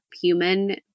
human